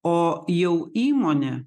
o jau įmonė